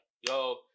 yo